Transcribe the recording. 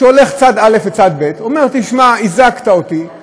שהולך צד א' לצד ב', ואומר: תשמע, הזקת לי,